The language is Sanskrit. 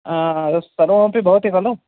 सर्वमपि भवति खलु